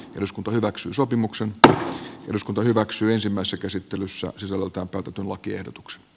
eduskunta hyväksyi sopimuksen tätä eduskunta hyväksyisimmässä käsittelyssä sisällöltään totutun lakiehdotukset d